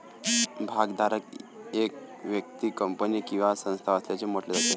भागधारक एक व्यक्ती, कंपनी किंवा संस्था असल्याचे म्हटले जाते